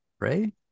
right